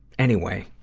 anyway.